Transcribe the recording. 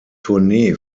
tournee